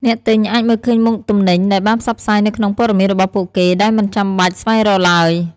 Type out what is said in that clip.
អ្នកទិញអាចមើលឃើញមុខទំនិញដែលបានផ្សព្វផ្សាយនៅក្នុងពត៌មានរបស់ពួកគេ ដោយមិនចាំបាច់ស្វែងរកឡើយ។